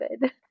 good